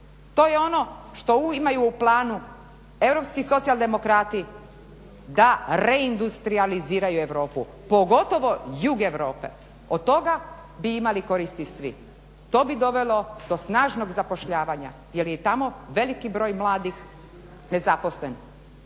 To je ono što imaju u planu europski socijaldemokrati da reindustrijaliziraju Europu pogotovo jug Europe. Od tog bi imali koristi svi. To bi dovelo do snažnog zapošljavanja jer je i tamo veliki broj mladih nezaposlen,